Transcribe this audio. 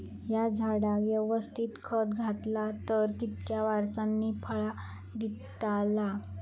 हया झाडाक यवस्तित खत घातला तर कितक्या वरसांनी फळा दीताला?